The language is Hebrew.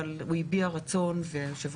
אבל הוא הביע רצון לשאת דברים במליאת הכנסת.